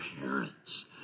parents